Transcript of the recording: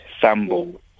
Sambo